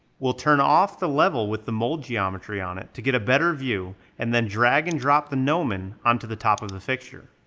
we'll turn off the level with the mold geometry on it to get a better view and then drag and drop the gnomon onto the top of the fixture.